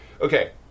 okay